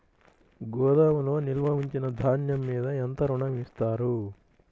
గోదాములో నిల్వ ఉంచిన ధాన్యము మీద ఎంత ఋణం ఇస్తారు?